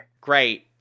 Great